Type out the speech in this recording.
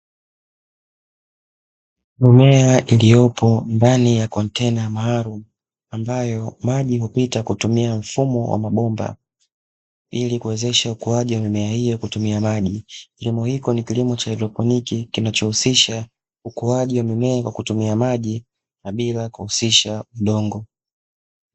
Mimea iliyopo ndani ya kontena maalum ambayo maji hupita kutumia mfumo wa mabomba ili kuwezesha ukuaji wa mimea hiyo kutumia maji. Kilimo hicho ni kilimo cha haidroponiki kinachohusisha ukuaji wa mimea kutumia maji bila kuhusisha udongo.